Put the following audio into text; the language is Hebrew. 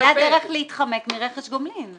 אבל זאת הדרך להתחמק מרכש גומלין,